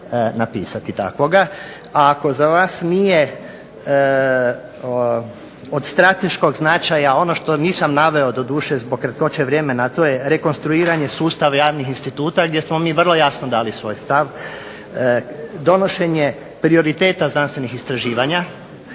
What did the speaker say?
A ako za vas nije od strateškog značaja ono što nisam naveo doduše zbog kratkoće vremena, to je rekonstruiranje sustava javnih instituta gdje smo mi vrlo jasno dali svoj stav. Donošenje prioriteta znanstvenih istraživanja,